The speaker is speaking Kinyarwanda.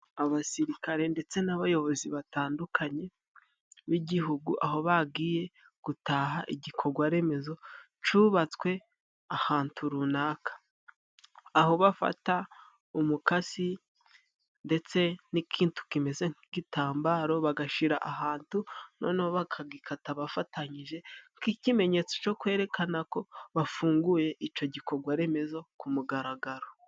Abasirikare ndetse n'abayobozi batandukanye b'igihugu aho bagiye gutaha igikogwa remezo cubatswe ahantu runaka. Aho bafata umukasi ndetse n'ikintu kimeze nk'igitambaro bagashira ahantu nonoho bakagikata bafatanyije nk'ikimenyetso co kwerekana ko bafunguye ico gikorwa remezo ku mugaragaro.